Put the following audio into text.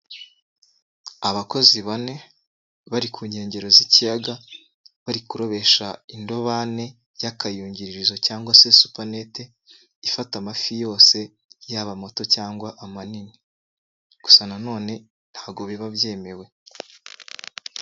Abakozi bane bari ku nkengero z'ikiyaga bari kurobesha indobane y'akayungiririzo cyangwa se supanete ifata amafi yose yaba amato cyangwa amanini gusa na none ntago biba byemewe.